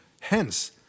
hence